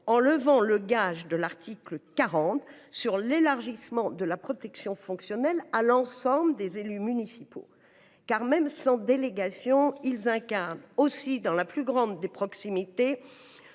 en levant le gage de l’article 40 de la Constitution sur l’élargissement de la protection fonctionnelle à l’ensemble des élus municipaux, car, même sans délégation, ils incarnent aussi dans la plus grande des proximités,